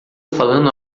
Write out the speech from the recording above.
falando